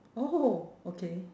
oh okay